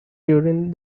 during